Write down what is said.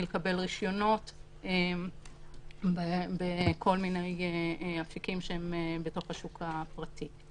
מלקבל רישיונות בכל מיני אפיקים בשוק הפרטי.